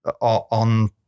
on